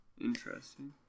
interesting